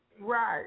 Right